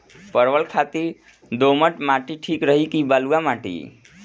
परवल खातिर दोमट माटी ठीक रही कि बलुआ माटी?